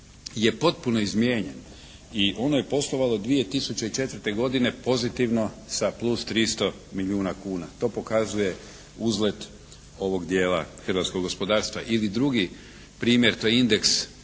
je potpuno izmijenjen i ono je poslovalo 2004. godine pozitivno sa plus 300 milijuna kuna. To pokazuje uzlet ovog dijela hrvatskog gospodarstva. Ili drugi primjer, to je indeks,